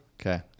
Okay